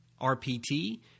R-P-T